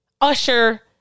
Usher